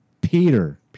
Peter